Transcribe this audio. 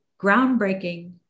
groundbreaking